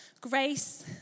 grace